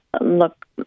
look